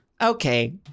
Okay